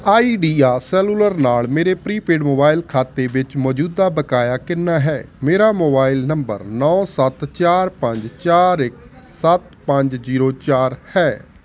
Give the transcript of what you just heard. idea cellular ਨਾਲ ਮੇਰੇ prepaid mobile ਖਾਤੇ ਵਿੱਚ ਮੌਜੂਦਾ ਬਕਾਇਆ ਕਿੰਨਾ ਹੈ ਮੇਰਾ ਮੋਬਾਈਲ ਨੰਬਰ ਨੌਂ ਸੱਤ ਚਾਰ ਪੰਜ ਚਾਰ ਇੱਕ ਸੱਤ ਪੰਜ ਜੀਰੋ ਚਾਰ ਹੈ